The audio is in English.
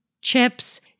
chips—